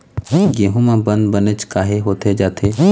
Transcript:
गेहूं म बंद बनेच काहे होथे जाथे?